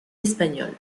espagnoles